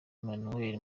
manuel